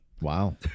Wow